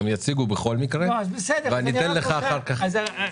בכל מקרה הם יציגו ואני אאפשר לך אחר כך.